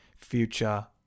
future